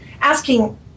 asking